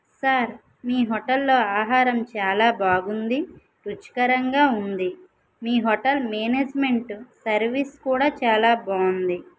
sir మీ hotel లో ఆహారం చాలా బాగుంది రుచికరంగా ఉంది మీ హోటల్ మేనేజ్మెంటు సర్వీస్ కూడా చాలా బాగుంది